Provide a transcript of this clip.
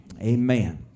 Amen